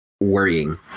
worrying